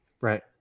Right